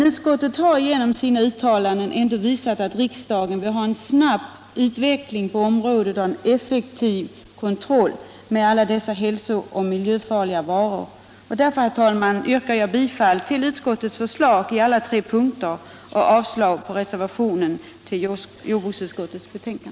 Utskottet har dock genom sina uttalanden visat att riksdagen ändå vill ha en snabb utveckling på området och en effektiv kontroll av alla hälsooch miljöfarliga varor. Därför, herr talman, yrkar jag bifall till jordbruksutskottets hemställan i alla punkter och avslag på reservationen.